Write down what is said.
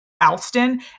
Alston